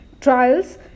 trials